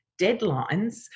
deadlines